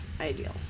ideal